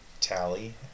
tally